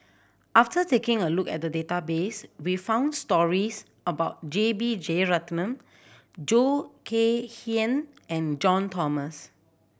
after taking a look at the database we found stories about J B Jeyaretnam Khoo Kay Hian and John Thomson